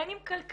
בין אם כלכלית